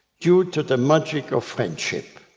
due to the magic of friendship.